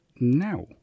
now